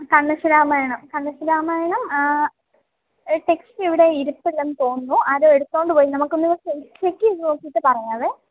കണ്ണശ്ശ രാമായണം കണ്ണശ്ശ രാമായണം ടെക്സ്റ്റിവിടെ ഇരിപ്പില്ലെന്ന് തോന്നുന്നു ആരോ എടുത്തുകൊണ്ടുപോയി നമുക്കൊന്ന് ചെക്ക് ചെയ്തുനോക്കിയിട്ട് പറയാം